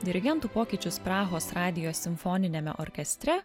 dirigentų pokyčius prahos radijo simfoniniame orkestre